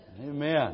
Amen